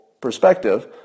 perspective